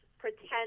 pretend